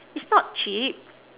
is not cheap